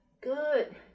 Good